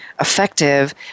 effective